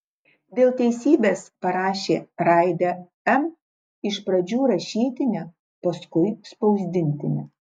dėl teisybės parašė raidę m iš pradžių rašytinę paskui spausdintinę